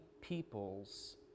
people's